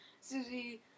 Susie